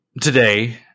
today